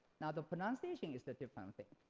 now the pronunciation is the different thing.